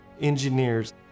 engineers